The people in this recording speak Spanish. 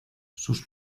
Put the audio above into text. sus